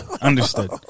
understood